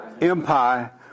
Empire